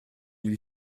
lui